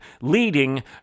Leading